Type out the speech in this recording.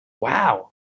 Wow